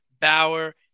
Bauer